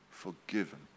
forgiven